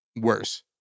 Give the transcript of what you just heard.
worse